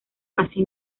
casi